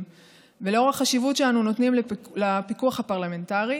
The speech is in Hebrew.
ולאור החשיבות שאנו נותנים לפיקוח הפרלמנטרי,